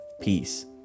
Peace